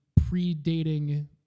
predating